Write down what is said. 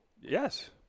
Yes